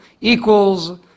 equals